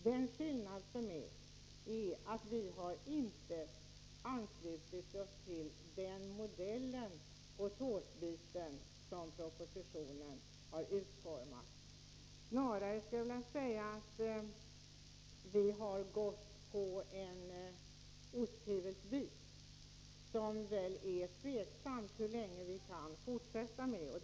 Den skillnad som föreligger är att vi inte har anslutit oss till den modell på tårtbiten som propositionen har utformat. Snarare skulle jag vilja säga att vi har förordat en osthyvelsbit, och det är väl tveksamt om vi kan fortsätta med den.